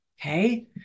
Okay